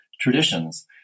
traditions